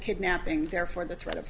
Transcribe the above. kidnapping therefore the threat of